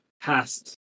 past